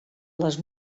les